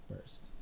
first